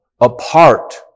apart